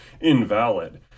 invalid